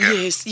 Yes